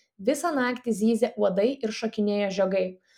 visą naktį zyzė uodai ir šokinėjo žiogai